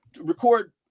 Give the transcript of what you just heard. record